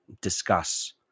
discuss